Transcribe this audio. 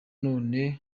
none